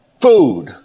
Food